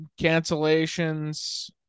cancellations